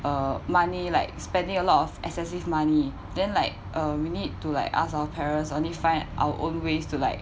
uh money like spending a lot of excessive money then like uh we need to like ask our parents only find our own ways to like